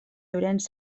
llorenç